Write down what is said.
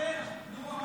סגן שר בממשלה שכשלה,